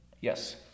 Yes